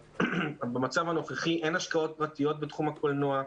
במצב הנוכחי אין השקעות פרטיות בתחום הקולנוע.